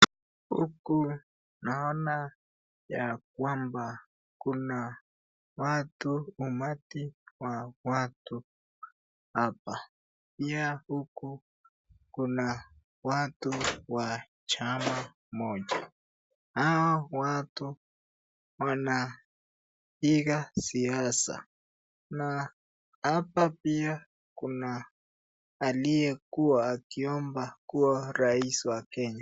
Huku naona ya kwamba kuna watu umati wa watu hapa, pia huku kuna watu wa chama moja, hawa watu wanapiga siasa na hapa pia kuna aliyekuwa akiomba kuwa rais wa Kenya.